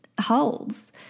holds